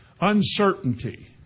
Uncertainty